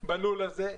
בלול הזה,